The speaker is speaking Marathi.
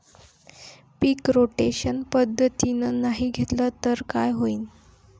पीक रोटेशन पद्धतीनं नाही घेतलं तर काय होईन?